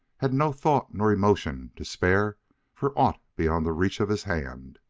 had no thought nor emotion to spare for aught beyond the reach of his hand.